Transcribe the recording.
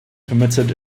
permitted